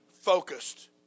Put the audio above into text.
focused